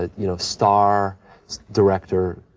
ah you know, star director,